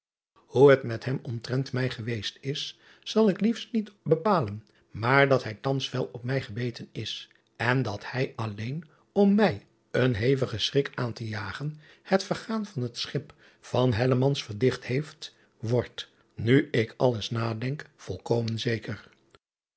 het met hem omtrent mij geweest is zal ik liefst niet bepalen maar dat hij thans fel op mij gebeten is en dat hij alleen om mij een hevigen schrik aan te jagen het vergaan van het schip van verdicht heeft wordt nu ik alles nadenk volkomen zeker